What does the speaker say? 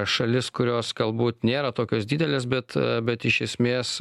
šalis kurios galbūt nėra tokios didelės bet bet iš esmės